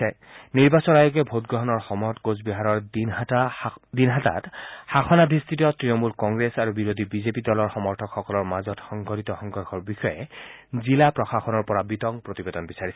ইফালে নিৰ্বাচন আয়োগে ভোটগ্ৰহণৰ সময়ত কোচবিহাৰৰ দিনহাটাত শাসনাধিঠ ক্নামূল কংগ্ৰেছ আৰু বিৰোধী বিজেপি দলৰ সমৰ্থকসকলৰ মাজত সংঘটিত সংঘৰ্ষৰ বিষয়ে জিলা প্ৰশাসনৰ পৰা বিতং প্ৰতিবেদন বিচাৰিছে